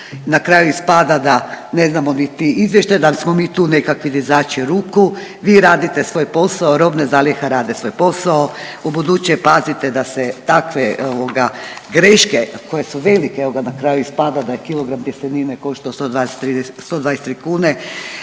na kraju ispada da ne znamo niti izvještaj da smo mi tu nekakvi dizači ruku, vi radite svoj posao, robne zalihe rade svoj posao. Ubuduće pazite da se takve greške koje su velike onda na kraju ispada da je kilogram tjestenine košto 123 kune